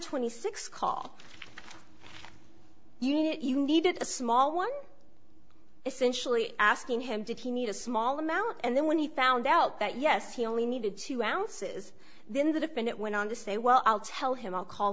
twenty sixth call you need it you needed a small one essentially asking him did he need a small amount and then when he found out that yes he only needed two ounces then the defendant went on to say well i'll tell him i'll call